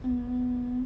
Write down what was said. mmhmm